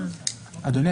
אדוני,